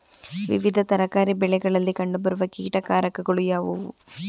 ವಿವಿಧ ತರಕಾರಿ ಬೆಳೆಗಳಲ್ಲಿ ಕಂಡು ಬರುವ ಕೀಟಕಾರಕಗಳು ಯಾವುವು?